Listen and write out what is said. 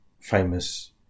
famous